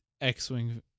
X-Wing